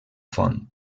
font